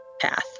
path